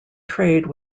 trade